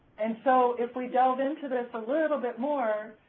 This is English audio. and so if we delve into this a little bit more,